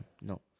no